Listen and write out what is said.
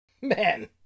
man